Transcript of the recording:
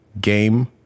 game